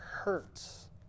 hurts